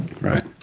Right